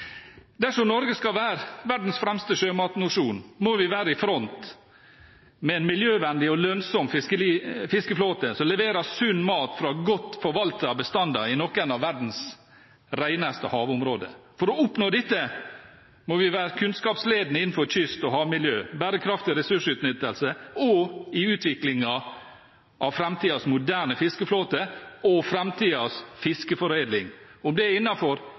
Dersom Norge skal være verdens fremste sjømatnasjon, må vi være i front med en miljøvennlig og lønnsom fiskeflåte som leverer sunn mat fra godt forvaltede bestander i noen av verdens reneste havområder. For å oppnå dette må vi være kunnskapsledende innenfor kyst- og havmiljø, bærekraftig ressursutnyttelse og utvikling av framtidens moderne fiskeflåte og framtidens fiskeforedling – om det er